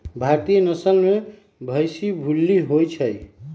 भारतीय नसल में भइशी भूल्ली होइ छइ